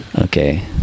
Okay